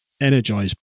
energized